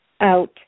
out